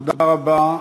תודה רבה.